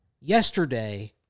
Yesterday